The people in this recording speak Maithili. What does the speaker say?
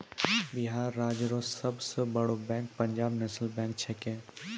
बिहार राज्य रो सब से बड़ो बैंक पंजाब नेशनल बैंक छैकै